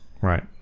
Right